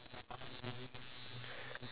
that's nice